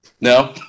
No